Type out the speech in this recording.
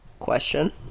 question